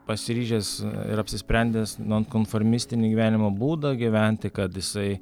pasiryžęs ir apsisprendęs non konformistinį gyvenimo būdą gyventi kad jisai